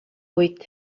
үед